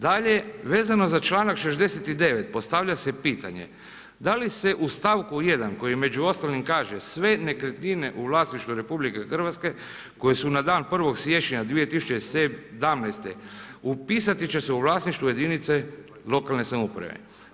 Dalje, vezano za čl. 69. postavlja se pitanje, da li se u stavku 1 koji među ostalim kaže, sve nekretnine u vlasništvu RH, koji su na dan 1.1.2017. upisati će se u vlasništvu jedinice lokalne samouprave.